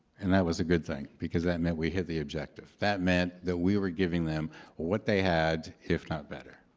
and that was a good thing because that meant we hit the objective. that meant that we were giving them what they had, if not better.